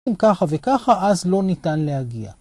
אם ככה וככה אז לא ניתן להגיע.